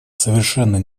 совершенно